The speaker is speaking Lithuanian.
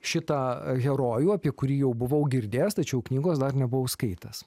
šitą herojų apie kurį jau buvau girdėjęs tačiau knygos dar nebuvau skaitęs